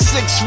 Six